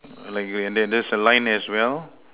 like there there's a line as well